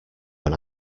when